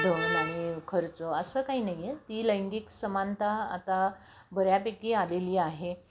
धन आणि खर्च असं काही नाही आहे ती लैंगिक समानता आता बऱ्यापैकी आलेली आहे